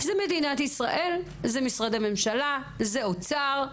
זו מדינת ישראל, זה משרדי ממשלה, זה אוצר,